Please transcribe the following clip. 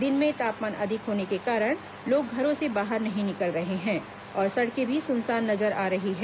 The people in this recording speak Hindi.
दिन में तापमान अधिक होने के कारण लोग घरों से बाहर नहीं निकल रहे हैं और सड़कें भी सूनसान नजर आ रही हैं